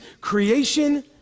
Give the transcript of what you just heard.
creation